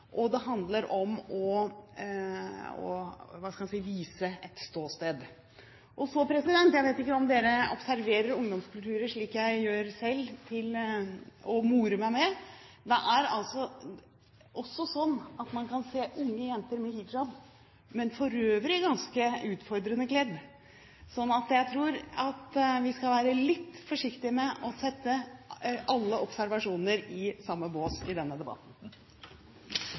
og det handler om å vise et ståsted. Jeg vet ikke om dere observerer ungdomskulturer slik jeg gjør selv – og morer meg med – men det er altså også sånn at man kan se unge jenter med hijab, men som for øvrig er ganske utfordrende kledd. Sånn at jeg tror at vi skal være litt forsiktige med å sette alle observasjoner i samme bås i denne debatten.